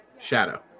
Shadow